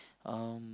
um